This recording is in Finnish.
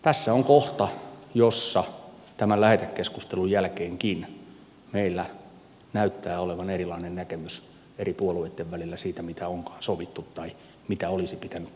tässä on kohta jossa tämän lähetekeskustelun jälkeenkin meillä näyttää olevan erilainen näkemys eri puolueitten välillä siitä mitä onkaan sovittu tai mitä olisi pitänyt tavoitella